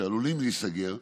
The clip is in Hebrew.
שעלולים להיסגר,